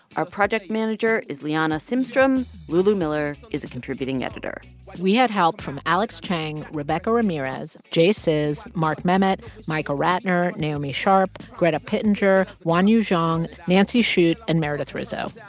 our project manager is liana simstrom. lulu miller is a contributing editor we had help from alex cheng, rebecca ramirez, j. cys, mark memmott, micah ratner, naomi sharpe, greta pittinger, wanyu zhang, nancy shute and meredith rizzo.